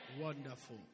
Wonderful